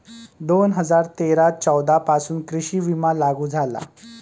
दोन हजार तेरा चौदा पासून कृषी विमा लागू झाला